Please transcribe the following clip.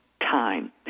time